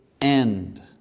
end